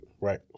Right